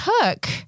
took